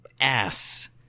ass